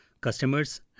Customers